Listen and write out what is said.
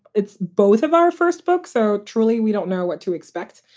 it's both of our first book. so truly, we don't know what to expect.